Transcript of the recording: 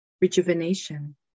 rejuvenation